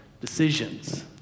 decisions